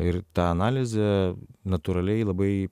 ir ta analizė natūraliai labai